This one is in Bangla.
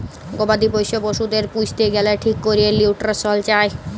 গবাদি পশ্য পশুদের পুইসতে গ্যালে ঠিক ক্যরে লিউট্রিশল চায়